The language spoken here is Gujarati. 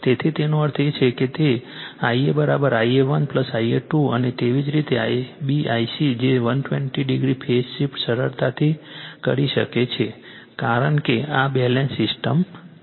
તેથી તેનો અર્થ એ છે કેIa Ia 1 Ia 2 અને તેવી જ રીતે Ib Ic જે 120o ફેઝ શિફ્ટ સરળતાથી કરી શકે છે કારણ કે આ બેલેન્સ સિસ્ટમ છે